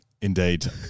Indeed